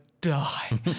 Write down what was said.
die